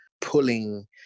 pulling